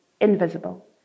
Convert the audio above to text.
invisible